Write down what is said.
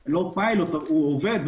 כבר לא פיילוט הוא עובד,